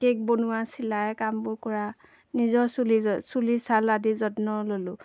cake বনোৱা চিলাই কামবোৰ কৰা নিজৰ চুলি চুলি ছাল আদি যত্ন ল'লোঁ